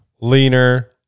Leaner